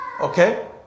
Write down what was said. Okay